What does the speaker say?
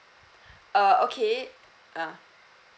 uh okay ya